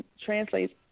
translates